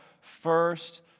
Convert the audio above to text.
first